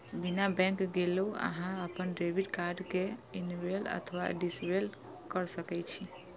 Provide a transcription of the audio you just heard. बिना बैंक गेलो अहां अपन डेबिट कार्ड कें इनेबल अथवा डिसेबल कैर सकै छी